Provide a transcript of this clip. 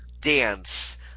dance